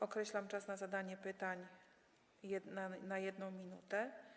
Określam czas na zadanie pytania na 1 minutę.